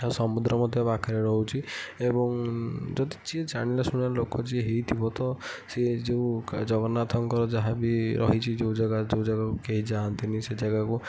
ଆଉ ସମୁଦ୍ର ମଧ୍ୟ ପାଖରେ ରହୁଛି ଏବଂ ଯଦି ଯିଏ ଜାଣିଲା ଶୁଣିଲା ଲୋକ ଯିଏ ହେଇଥିବ ତ ସିଏ ଯେଉଁ ଜଗନ୍ନାଥଙ୍କର ଯାହା ବି ରହିଛି ଯେଉଁ ଜାଗା ଯେଉଁ ଜାଗାକୁ କେହି ଯାଆନ୍ତିନି ସେହି ଜାଗାକୁ